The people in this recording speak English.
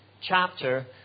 chapter